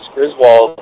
Griswold